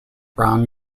brown